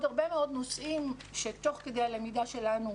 למדנו עוד הרבה מאוד נושאים שתוך כדי הלמידה שלנו